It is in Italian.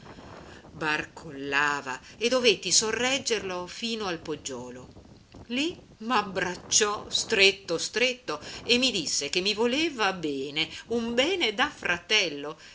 fino al poggiolo lì m'abbracciò stretto stretto e mi disse che mi voleva bene un bene da fratello